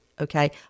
Okay